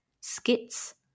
skits